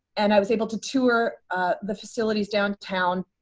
and i was able to tour the facilities downtown.